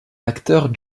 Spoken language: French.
l’acteur